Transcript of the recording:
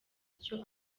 icyo